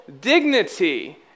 dignity